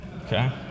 okay